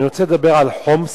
אני רוצה לדבר על חומסקי.